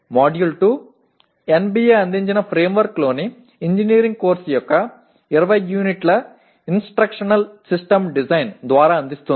module 2 NBA అందించిన ఫ్రేమ్వర్క్లోని engineering course యొక్క 20 యూనిట్ల ఇన్స్ట్రక్షనల్ సిస్టమ్ డిజైన్ ద్వారా అందిస్తుంది